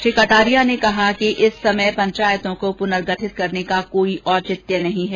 श्री कटारिया ने कहा कि इस समय पंचायतों को पूर्नगठित करने का कोई औचित्य नहीं है